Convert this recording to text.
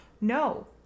No